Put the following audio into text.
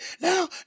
now